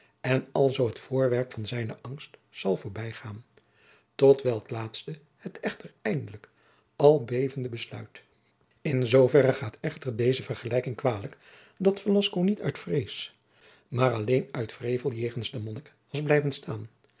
en alzoo het voorwerp van zijne angst zal voorbij gaan tot welk laatste het echter eindelijk al bevende besluit in zooverre echter gaat deze vergelijking kwalijk dat velasco niet uit vrees maar alleen uit wrevel jegens den monnik was blijven staan